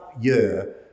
year